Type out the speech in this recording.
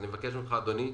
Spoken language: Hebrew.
אני מבקש ממך, אדוני,